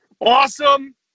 Awesome